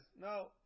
no